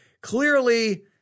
Clearly